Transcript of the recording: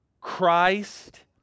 Christ